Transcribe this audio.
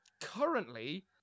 currently